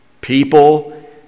people